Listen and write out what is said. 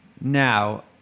now